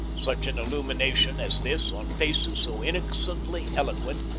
such an illumination as this, on faces so innocently eloquent,